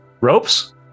Ropes